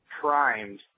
primed